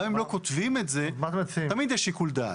גם אם לא כותבים את זה, תמיד יש שיקול דעת.